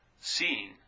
seeing